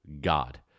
God